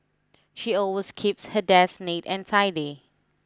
she always keeps her desk neat and tidy